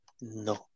no